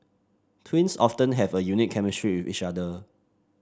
twins often have a unique chemistry with each other